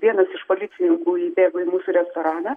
vienas iš policininkų įbėgo į mūsų restoraną